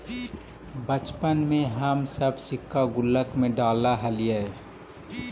बचपन में हम सब सिक्का गुल्लक में डालऽ हलीअइ